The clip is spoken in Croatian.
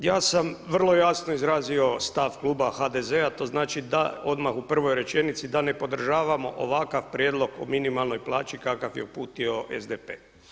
Štovani kolega, ja sam vrlo jasno izrazio stav kluba HDZ-a, to znači da odmah u prvoj rečenici da ne podržavamo ovakav prijedlog o minimalnoj plaći kakav je uputio SDP.